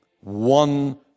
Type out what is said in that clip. one